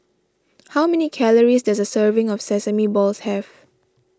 how many calories does a serving of Sesame Balls have